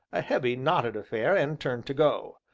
a heavy, knotted affair, and turned to go.